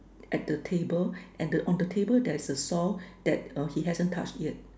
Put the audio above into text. at the table and the on the table there's a saw that he hasn't touch yet